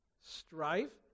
Strife